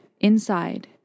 inside